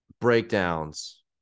breakdowns